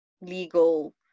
legal